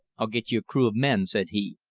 i'll get you a crew of men, said he,